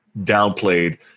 downplayed